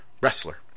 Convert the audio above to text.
wrestler